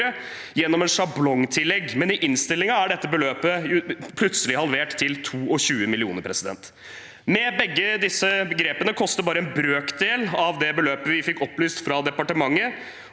gjennom et sjablongtillegg, men i innstillingen er dette beløpet plutselig halvert til 22 mill. kr. Begge disse grepene koster bare en brøkdel av det beløpet vi fikk opplyst fra departementet